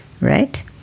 Right